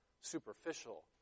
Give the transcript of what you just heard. superficial